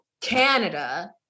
Canada